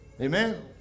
Amen